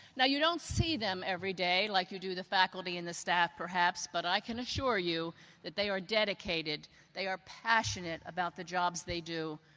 now you don't see them every day like you do the faculty and the staff perhaps, but i can assure you that they are dedicated they are passionate about the jobs they do,